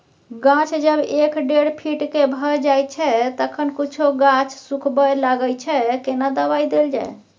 गाछ जब एक डेढ फीट के भ जायछै तखन कुछो गाछ सुखबय लागय छै केना दबाय देल जाय?